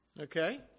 Okay